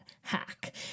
hack